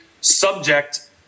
subject